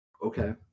Okay